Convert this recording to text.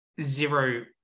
zero